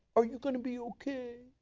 are you going to be okay?